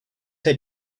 had